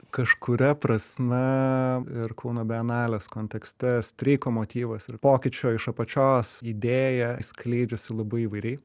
kažkuria prasme ir kauno bienalės kontekste streiko motyvas ir pokyčio iš apačios idėja skleidžiasi labai įvairiai